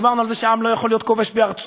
דיברנו על זה שעם לא יכול להיות כובש בארצו.